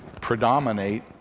predominate